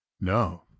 no